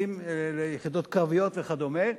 ליחידות קרביות וכדומה.